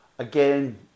Again